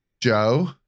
Joe